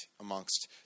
amongst